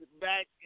back